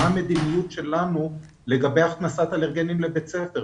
מה המדיניות שלנו לגבי הכנסת אלרגנים לבית ספר?